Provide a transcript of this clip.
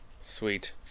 Sweet